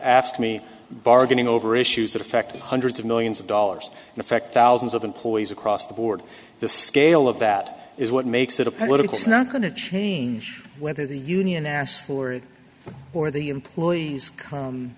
asked me bargaining over issues that affect hundreds of millions of dollars affect thousands of employees across the board the scale of that is what makes it a political not going to change whether the union asked for it or the employees come